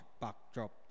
backdrop